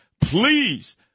Please